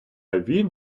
він